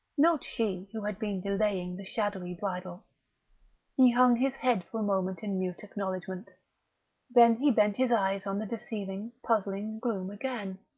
not she, who had been delaying the shadowy bridal he hung his head for a moment in mute acknowledgment then he bent his eyes on the deceiving, puzzling gloom again.